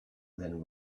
than